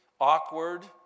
awkward